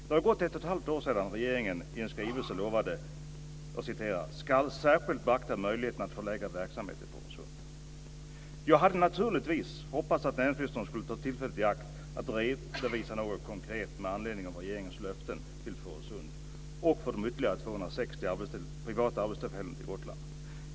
Det har gått ett och ett halvt år sedan regeringen i en skrivelse lovade: "skall särskilt beaktas möjligheten att förlägga verksamheter till Fårösund." Jag hade naturligtvis hoppats att näringsministern skulle ta tillfället i akt att redovisa något konkret med anledning av regeringens löften till Fårösund om ytterligare 260 privata arbetstillfällen till Gotland.